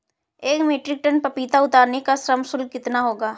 एक metric tonne पपीता उतारने का श्रम शुल्क कितना होगा?